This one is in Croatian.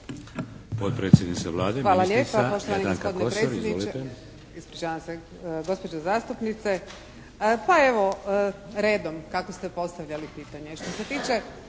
Hvala lijepa.